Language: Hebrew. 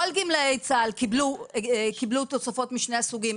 כל גמלאי צה"ל קיבלו תוספות משני הסוגים.